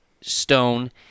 stone